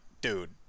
dude